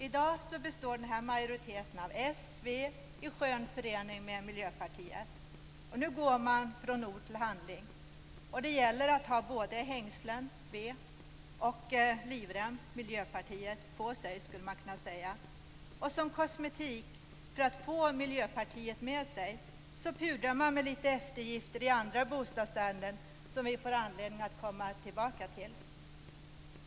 I dag består denna majoritet av s och v i skön förening med Miljöpartiet. Nu går man från ord till handling. Det gäller att ha både hängslen, v, och livrem, Miljöpartiet, på sig. Som kosmetik, för att få Miljöpartiet med sig, pudrar man med lite eftergifter i andra bostadsärenden - som vi får anledning att återkomma till. Fru talman!